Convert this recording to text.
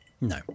No